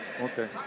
okay